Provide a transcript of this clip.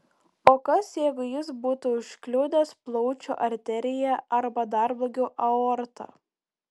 o kas jeigu jis būtų užkliudęs plaučių arteriją arba dar blogiau aortą